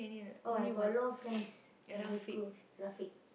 oh I got a lot of friends primary school Rafiq